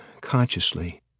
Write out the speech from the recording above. consciously